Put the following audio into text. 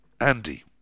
Andy